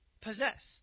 possess